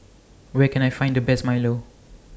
Where Can I Find The Best Milo